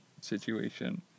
situation